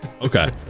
okay